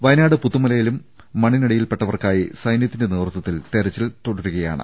വയനാട് പുത്തു മലയിലും മണ്ണിനടിയിൽപെട്ടവർക്കായി സൈന്യ ത്തിന്റെ നേതൃത്വത്തിൽ തെരച്ചിൽ തുടരുകയാണ്